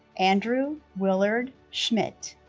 andrew willard schmidt